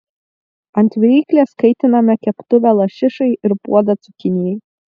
ant viryklės kaitiname keptuvę lašišai ir puodą cukinijai